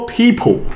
people